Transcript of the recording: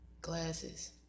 Glasses